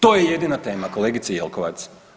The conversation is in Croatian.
To je jedina tema kolegice Jelkovac.